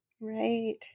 Right